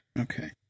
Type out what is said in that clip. Okay